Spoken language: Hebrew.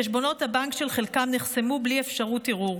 חשבונות הבנק של חלקם נחסמו בלי אפשרות ערעור.